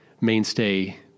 mainstay